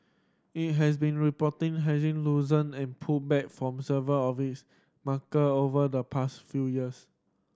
it has been reporting hefty loosen and pulled back from several of its marker over the past few years